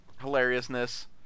Hilariousness